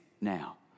now